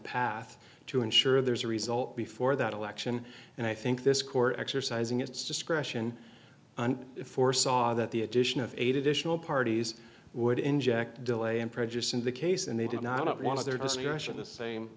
path to ensure there's a result before that election and i think this court exercising its discretion and foresaw that the addition of eight additional parties would inject delay and prejudice in the case and they did not want their